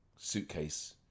suitcase